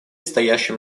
стоящим